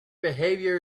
behavior